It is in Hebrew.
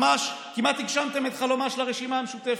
ממש כמעט הגשמתם את חלומה של הרשימה המשותפת.